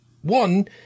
One